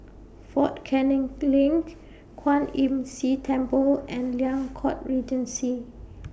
Fort Canning LINK Kwan Imm See Temple and Liang Court Regency